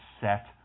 set